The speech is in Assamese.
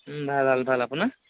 ভাল ভাল ভাল আপোনাৰ